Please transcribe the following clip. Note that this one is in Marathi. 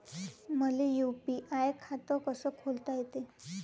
मले यू.पी.आय खातं कस खोलता येते?